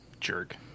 Jerk